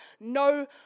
No